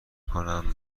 کنم